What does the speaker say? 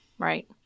Right